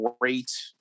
great